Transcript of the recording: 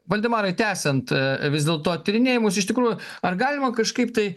valdemarai tęsiant vis dėlto tyrinėjimus iš tikrųjų ar galima kažkaip tai